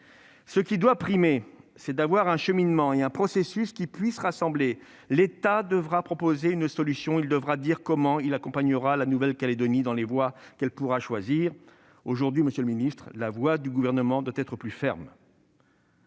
Ce qui doit primer, c'est d'avoir un processus, un cheminement, qui puisse rassembler. L'État devra proposer une solution, il devra dire comment il accompagnera la Nouvelle-Calédonie dans les voies qu'elle pourra choisir. Aujourd'hui, monsieur le ministre, la voix du Gouvernement doit être plus ferme.